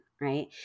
right